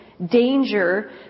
danger